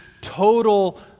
total